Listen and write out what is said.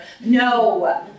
No